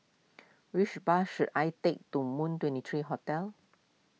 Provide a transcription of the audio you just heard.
which bus should I take to Moon twenty three Hotel